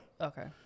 okay